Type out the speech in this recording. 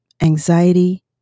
anxiety